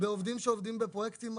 בעובדים שעובדים בפרויקטים אחרים.